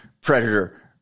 Predator